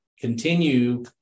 continue